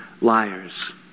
liars